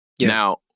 Now